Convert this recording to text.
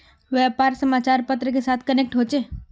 व्यापार समाचार पत्र के साथ कनेक्ट होचे?